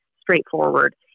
straightforward